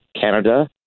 Canada